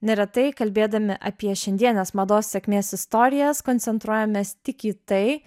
neretai kalbėdami apie šiandienės mados sėkmės istorijas koncentruojamės tik į tai